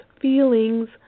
feelings